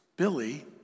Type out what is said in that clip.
Billy